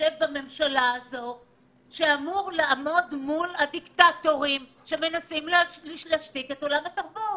שיושב בממשלה שאמור לעמוד מול הדיקטטורים שמנסים להשתיק את עולם התרבות.